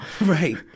Right